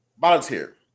volunteer